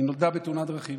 היא נולדה בתאונת דרכים.